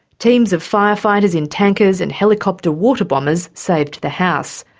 teams of fire fighters in tankers and helicopter water bombers saved the house.